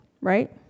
right